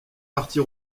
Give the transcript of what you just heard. partis